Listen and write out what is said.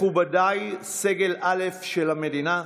מכובדיי סגל א' של המדינה,